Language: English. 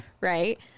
right